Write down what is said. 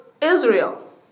Israel